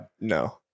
no